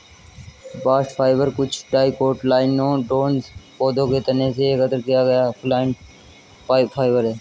bast fibre कुछ dicotyledonous पौधों के तने से एकत्र किया गया प्लांट फाइबर है